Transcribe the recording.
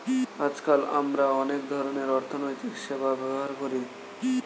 আজকাল আমরা অনেক ধরনের অর্থনৈতিক সেবা ব্যবহার করি